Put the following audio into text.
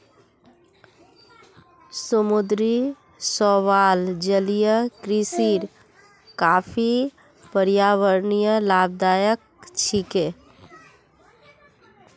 समुद्री शैवाल जलीय कृषिर काफी पर्यावरणीय लाभदायक छिके